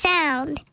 Sound